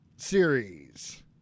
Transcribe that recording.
series